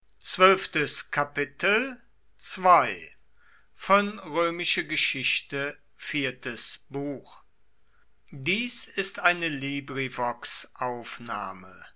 dies ist die